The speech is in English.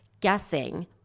guessing